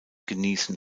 genießen